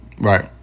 Right